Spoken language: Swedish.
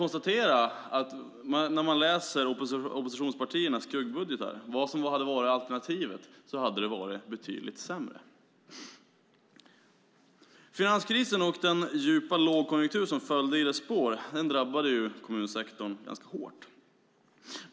När man läser oppositionspartiernas skuggbudgetar kan man konstatera att alternativet hade varit betydligt sämre. Finanskrisen och den djupa lågkonjunkturen som följde i dess spår drabbade kommunsektorn ganska hårt.